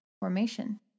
formation